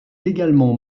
également